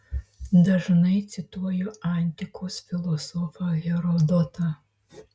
dažnai cituoju antikos filosofą herodotą